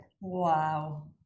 wow